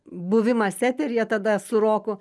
buvimas eteryje tada su roku